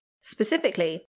Specifically